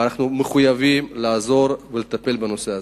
ואנחנו מחויבים לעזור ולטפל בנושא הזה.